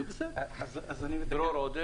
אני נותן לך לזרום.